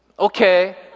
okay